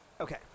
Okay